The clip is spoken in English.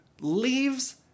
leaves